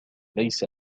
ليس